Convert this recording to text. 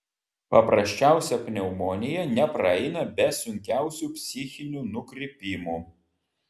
paprasčiausia pneumonija nepraeina be sunkiausių psichinių nukrypimų